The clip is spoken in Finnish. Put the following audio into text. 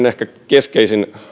ehkä keskeisin